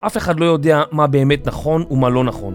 אף אחד לא יודע מה באמת נכון ומה לא נכון